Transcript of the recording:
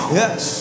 yes